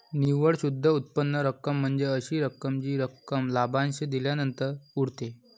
निव्वळ शुद्ध उत्पन्न रक्कम म्हणजे अशी रक्कम जी रक्कम लाभांश दिल्यानंतर उरते